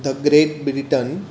the Great Britain